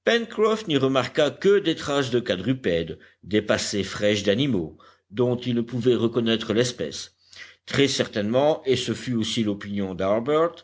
remarqua que des traces de quadrupèdes des passées fraîches d'animaux dont il ne pouvait reconnaître l'espèce très certainement et ce fut aussi l'opinion